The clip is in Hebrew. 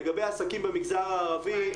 לגבי עסקים במגזר הערבי,